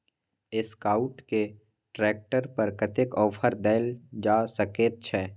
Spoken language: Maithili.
एसकाउट के ट्रैक्टर पर कतेक ऑफर दैल जा सकेत छै?